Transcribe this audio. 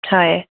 হয়